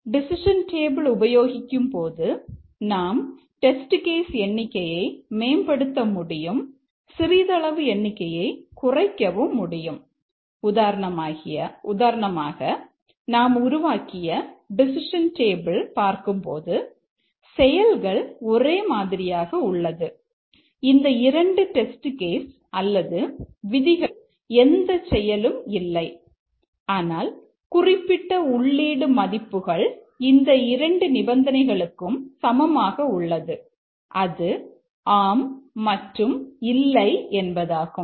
decision table அல்லது விதிகளுக்கு எந்தச் செயலும் இல்லை ஆனால் குறிப்பிட்ட உள்ளீடு மதிப்புகள் இந்த இரண்டு நிபந்தனைகளுக்கும் சமமாக உள்ளது அது ஆம் மற்றும் இல்லை என்பதாகும்